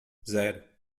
zero